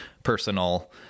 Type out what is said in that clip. personal